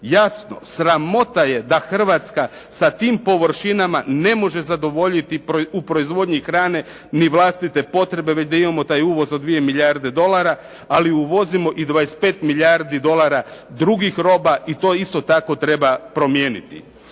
Jasno, sramota je da Hrvatska sa tim površinama ne može zadovoljiti u proizvodnji hrane ni vlastite potrebe, već da imamo taj uvoz od 2 milijarde dolara, ali uvozimo i 25 milijardi dolara drugih roba i to isto tako treba promijeniti.